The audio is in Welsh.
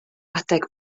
adeg